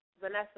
Vanessa